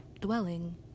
dwelling